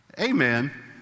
Amen